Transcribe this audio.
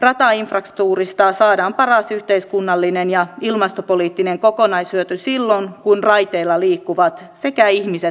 ratainfrastruktuurista saadaan paras yhteiskunnallinen ja ilmastopoliittinen kokonaishyöty silloin kun raiteilla liikkuvat sekä ihmiset että tavarat